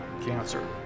cancer